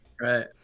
Right